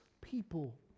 people